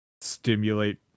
stimulate